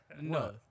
no